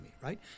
right